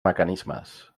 mecanismes